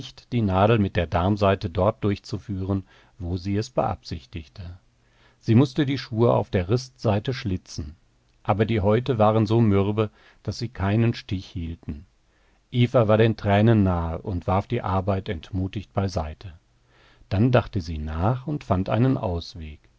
die nadel mit der darmsaite dort durchzuführen wo sie es beabsichtigte sie mußte die schuhe auf der ristseite schlitzen aber die häute waren so mürbe daß sie keinen stich hielten eva war den tränen nahe und warf die arbeit entmutigt beiseite dann dachte sie nach und fand einen ausweg